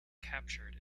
captured